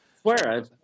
Swear